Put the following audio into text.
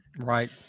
Right